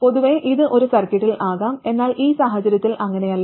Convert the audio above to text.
പൊതുവേ ഇത് ഒരു സർക്യൂട്ടിൽ ആകാം എന്നാൽ ഈ സാഹചര്യത്തിൽ അങ്ങനെയല്ല